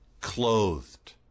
clothed